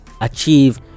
achieve